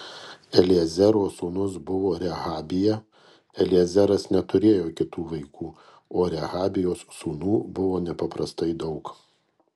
eliezero sūnus buvo rehabija eliezeras neturėjo kitų vaikų o rehabijos sūnų buvo nepaprastai daug